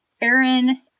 Aaron